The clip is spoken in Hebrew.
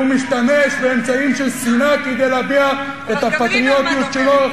והוא משתמש באמצעים של שנאה כדי להביע את הפטריוטיות שלו,